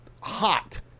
hot